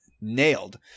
nailed